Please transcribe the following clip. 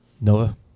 Nova